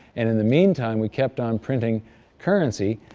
and in the meantime, we kept on printing currency